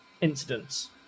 incidents